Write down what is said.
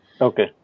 Okay